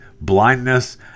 blindness